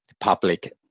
public